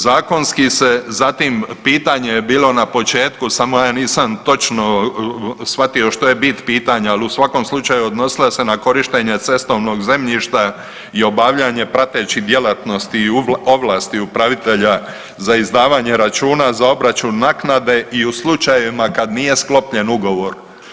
Zakonski se zatim, pitanje je bilo na početku samo ja nisam točno patio što je bit pitanja ali u svakom slučaju odnosila se na korištenje cestovnog zemljišta i obavljanje pratećih djelatnosti i ovlasti upravitelja za izdavanje računa za obračun naknade i u slučajevima kad nije sklopljen ugovor.